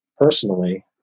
Personally